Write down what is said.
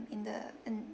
in the um